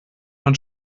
man